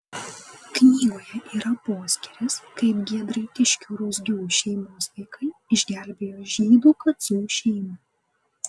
knygoje yra poskyris kaip giedraitiškių ruzgių šeimos vaikai išgelbėjo žydų kacų šeimą